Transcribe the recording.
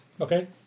Okay